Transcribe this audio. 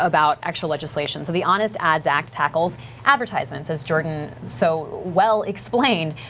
about actual legislation. so the honest ads act tackles advertisements as jordan so well explained.